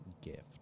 gift